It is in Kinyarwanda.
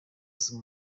azwi